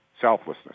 Selflessness